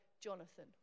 Jonathan